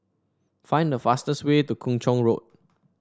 find the fastest way to Kung Chong Road